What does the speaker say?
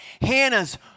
Hannah's